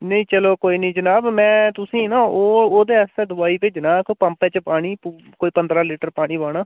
नेईं चलो कोई निं जनाब में तुसे ईं ना ओह् ओह्दे आस्तै कोई दोआई भेजना तुसें पंपै च पानी कोई पंदरां लीटर पानी पाना